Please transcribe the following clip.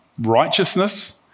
righteousness